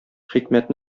хикмәт